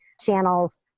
channels